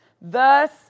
Thus